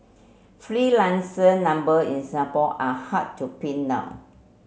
freelancer number in Singapore are hard to pin down